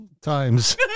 times